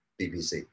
BBC